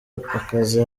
akazi